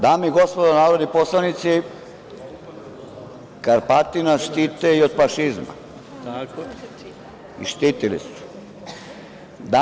Dame i gospodo narodni poslanici, Karpati nas štite i od fašizma i štitili su nas.